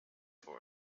for